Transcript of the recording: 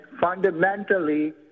fundamentally